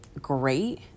great